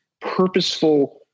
purposeful